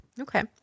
Okay